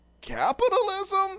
capitalism